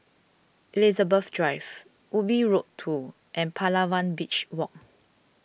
Elizabeth Drive Ubi Road two and Palawan Beach Walk